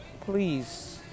please